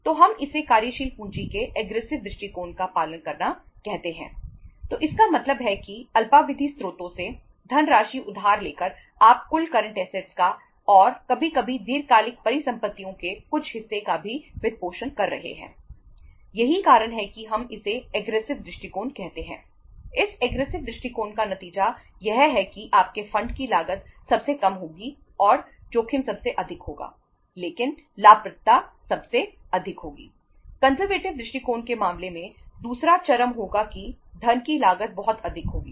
तो हम इसे कार्यशील पूंजी के एग्रेसिव की लागत सबसे कम होगी और जोखिम सबसे अधिक होगा लेकिन लाभप्रदता सबसे अधिक होगी